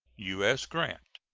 u s. grant.